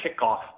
kickoff